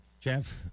Jeff